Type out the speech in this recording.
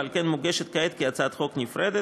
ועל כן מוגשת כעת כהצעת חוק נפרדת.